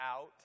out